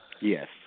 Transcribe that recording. Yes